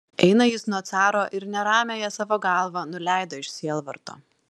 eina jis nuo caro ir neramiąją savo galvą nuleido iš sielvarto